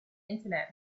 internet